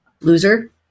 loser